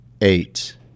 eight